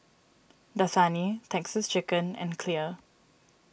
Dasani Texas Chicken and Clear